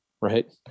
right